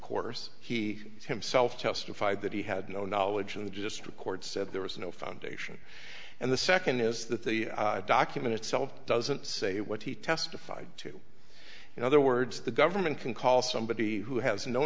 course he himself testified that he had no knowledge of the just record said there was no foundation and the second is that the document itself doesn't say what he testified to in other words the government can call somebody who has no